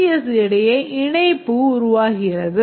S இடையே இணைப்பு உருவாகிறது